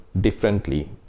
differently